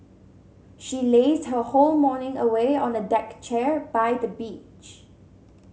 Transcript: she lazed her whole morning away on a deck chair by the beach